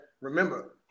Remember